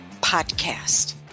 podcast